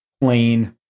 plain